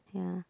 yeah